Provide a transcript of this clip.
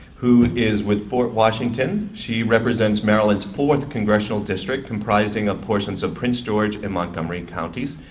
who is with fort washington, she represents maryland's fourth congressional district comprising ah portions ah prince george and montgomery counties.